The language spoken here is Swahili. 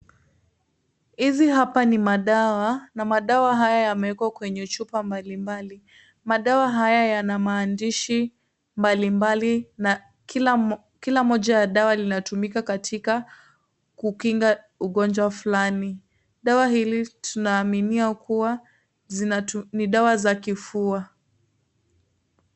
Hizi hapa ni madawa na madawa haya yamewekwa kwenye chupa mbalimbali, madawa haya yana maandishi mbalimbali na kila moja ya dawa linatumika katika kukinga ugonjwa fulani, dawa hili tunaaminia kuwa ni dawa za kifua.